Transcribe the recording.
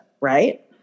right